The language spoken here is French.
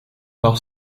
par